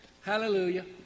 Hallelujah